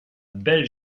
belle